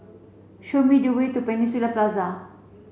show me the way to Peninsula Plaza